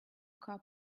car